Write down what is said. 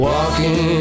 Walking